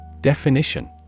Definition